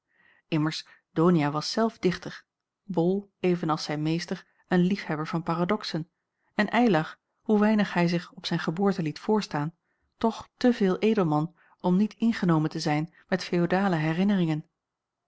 immers donia was zelf dichter bol even als zijn meester een liefhebber van paradoxen en eylar hoe weinig hij zich op zijn geboorte liet voorstaan toch te veel edelman om niet ingenomen te zijn met feodale herinneringen